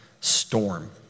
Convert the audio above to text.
storm